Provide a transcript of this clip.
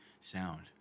sound